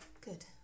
Good